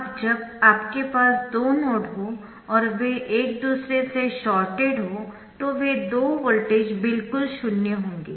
अब जब आपके पास दो नोड हों और वे एक दूसरे से शॉर्टेड हों तो वे दो वोल्टेज बिल्कुल शून्य होंगे